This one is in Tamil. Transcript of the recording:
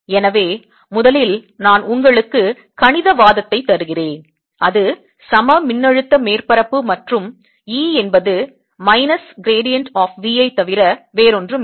எனவே முதலில் நான் உங்களுக்கு கணித வாதத்தை தருகிறேன் அது சமமின்னழுத்த மேற்பரப்பு மற்றும் E என்பது மைனஸ் gradient of V ஐத் தவிர வேறொன்றுமில்லை